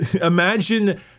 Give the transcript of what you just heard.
Imagine